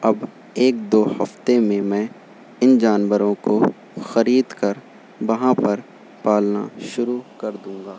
اب ایک دو ہفتے میں میں ان جانوروں کو خرید کر وہاں پر پالنا شروع کر دوں گا